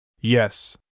Yes